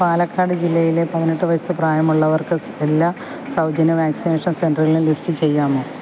പാലക്കാട് ജില്ലയിലെ പതിനെട്ട് വയസ്സ് പ്രായമുള്ളവർക്ക് എല്ലാ സൗജന്യ വാക്സിനേഷൻ സെൻ്ററുകളും ലിസ്റ്റ് ചെയ്യാമോ